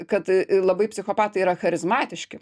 kad labai psichopatai yra charizmatiški